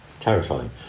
Terrifying